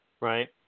Right